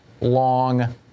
long